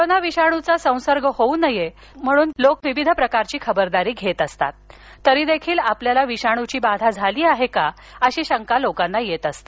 corona विषाणूचा संसर्ग होऊ नये लोक विविध प्रकारची खबरदारी घेत असतात तरी देखील आपल्याला विषाणूची बाधा झाली आहे का अशी शंका लोकांना येत असते